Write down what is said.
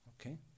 Okay